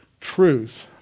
Truth